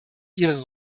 ihre